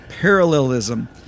parallelism